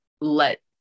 let